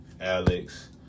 Alex